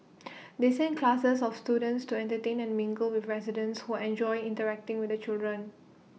they send classes of students to entertain and mingle with residents who enjoy interacting with the children